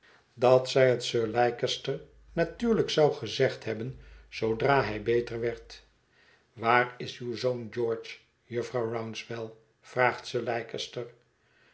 dat zij het sir leicester natuurlijk zou gezegd hebben zoodra hij beter werd waar is uw zoon george jutvrouw rouncewell vraagt sir